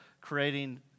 creating